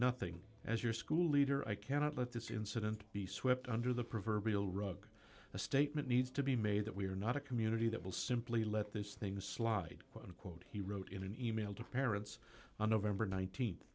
nothing as your school leader i cannot let this incident be swept under the proverbial rug a statement needs to be made that we are not a community that will simply let these things slide quote unquote he wrote in an e mail to parents on nov